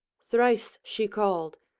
thrice she called,